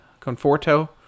conforto